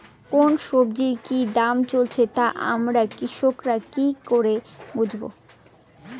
কোন সব্জির কি দাম চলছে তা আমরা কৃষক রা কি করে বুঝবো?